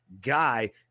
guy